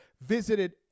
visited